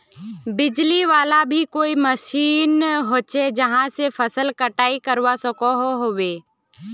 बिजली वाला भी कोई मशीन होचे जहा से फसल कटाई करवा सकोहो होबे?